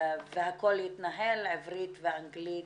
והכול יתנהל בעברית-אנגלית,